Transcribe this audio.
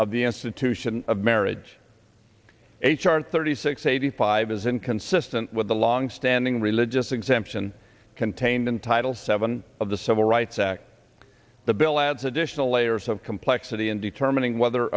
of the institution of marriage h r thirty six eighty five is inconsistent with the longstanding religious exemption contained in title seven of the civil rights act the bill adds additional layers of complexity in determining whether